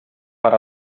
per